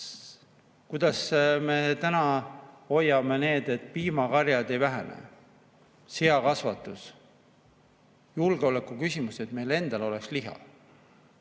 Kuidas me hoiame seda, et piimakarjad ei vähene? Seakasvatus. On julgeolekuküsimus, et meil endal oleks liha.